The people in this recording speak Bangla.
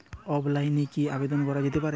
অফলাইনে কি আবেদন করা যেতে পারে?